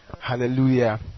hallelujah